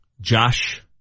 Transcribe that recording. Josh